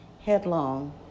headlong